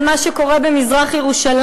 על מה שקורה במזרח-ירושלים,